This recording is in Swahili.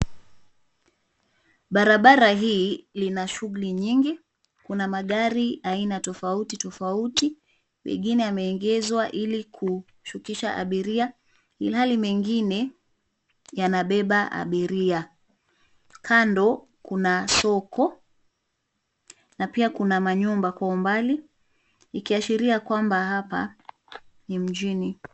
Barabara hii, lina shughuli nyingi, kuna magari aina tofauti tofauti, mengine yameegezwa ili ku, shukisha abiria, ilhali mengine, yanabeba abiria, kando, kuna soko, na pia kuna manyumba kwa umbali, ikiashiria kwamba hapa, ni mjini.